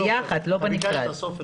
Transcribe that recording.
ביחד, לא בנפרד.